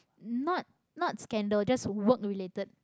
not not scandal just work-related